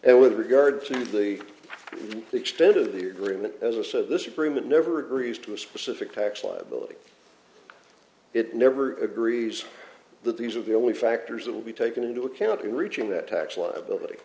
it with regard to the extent of the agreement as a set of this agreement never agrees to a specific tax liability it never agrees that these are the only factors that will be taken into account in reaching that tax liability